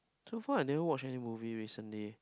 so far I never watch any movie recently